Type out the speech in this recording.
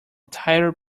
tired